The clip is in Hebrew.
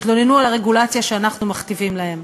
התלוננו על הרגולציה שאנחנו מכתיבים להם.